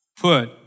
put